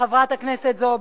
חברת הכנסת זועבי,